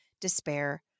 despair